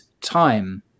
time